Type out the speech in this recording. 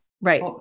Right